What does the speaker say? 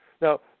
Now